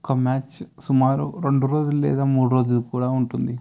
ఒక మ్యాచ్ సుమారు రెండు రోజులు లేదా మూడు రోజులు కూడా ఉంటుంది